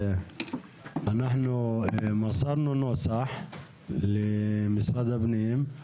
לפני יותר משבוע מסרנו נוסח למשרד הפנים.